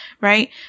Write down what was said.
right